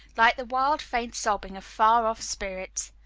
like the wild, faint sobbing of far-off spirits.